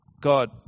God